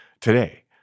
today